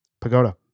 Pagoda